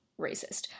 racist